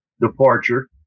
departure